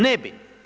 Ne bi.